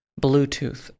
Bluetooth